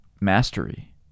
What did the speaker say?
mastery